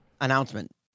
announcement